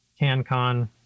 CanCon